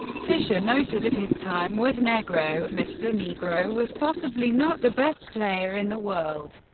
fischer noted of his time with nigro mr. nigro was possibly not the best player in the world,